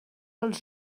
els